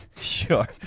Sure